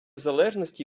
залежності